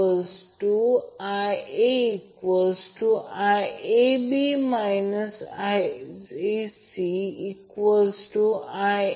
तर Ia Ib Vp angle 0° कारण VabVpअँगल 0° zy VL अँगल 0° Zy